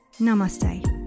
Namaste